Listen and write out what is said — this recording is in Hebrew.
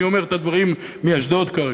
אני אומר את הדברים מאשדוד כרגע.